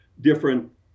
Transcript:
different